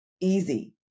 easy